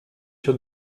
sur